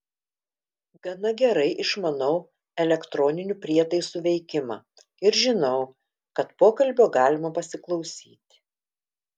gana gerai išmanau elektroninių prietaisų veikimą ir žinau kad pokalbio galima pasiklausyti